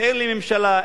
ואין לממשלה,